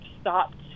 stopped